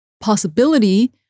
possibility